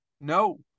No